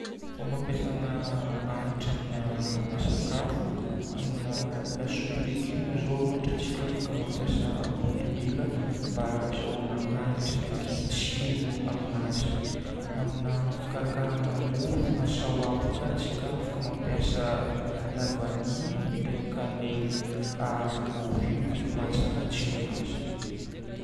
Fomba ampiasagna hagnitra amina sakafo, amina lasopy légume zao ohatra tsika afaka mampiasa kotomila mba hazahoagna hagnitra ndraiky tsiro aminazy. Amina fikarakaragna mofo na sahoaba ka tsika afaka mampiasa lavanille ndraiky cannelle aharo mofo io, biko mahatsara tsironazy.